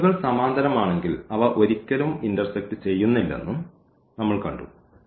ലൈനുകൾ സമാന്തരമാണെങ്കിൽ അവ ഒരിക്കലും ഇൻറർസെക്റ്റ് ചെയ്യുന്നില്ലെന്നും നമ്മൾ കണ്ടു